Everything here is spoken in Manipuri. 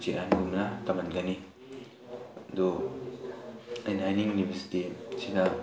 ꯃꯆꯦ ꯑꯍꯟꯒꯨꯝꯅ ꯇꯝꯍꯟꯒꯅꯤ ꯑꯗꯨ ꯑꯩꯅ ꯍꯥꯏꯅꯤꯡꯂꯤꯕꯁꯤꯗꯤ ꯁꯤꯗ